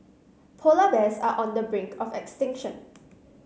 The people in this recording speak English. polar bears are on the brink of extinction